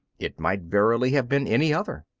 it might verily have been any other.